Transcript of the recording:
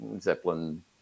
zeppelin